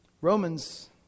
Romans